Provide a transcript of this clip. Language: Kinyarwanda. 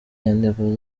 nyandiko